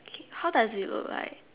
K how does it look like